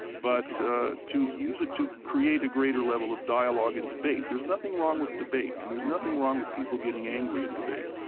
but to use it to create a greater level of dialogue and debate. there's nothing wrong with debate and there's nothing wrong with people getting angry in debate.